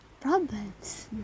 problems